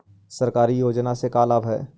सरकारी योजना से का लाभ है?